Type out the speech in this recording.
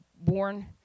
born